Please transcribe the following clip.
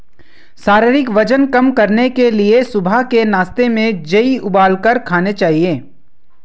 शारीरिक वजन कम करने के लिए सुबह के नाश्ते में जेई उबालकर खाने चाहिए